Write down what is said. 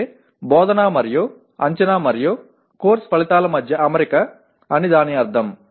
అంటే బోధన మరియు అంచనా మరియు కోర్సు ఫలితాల మధ్య అమరిక అని దాని అర్థం